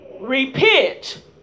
repent